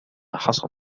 حصل